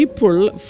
People